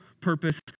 purpose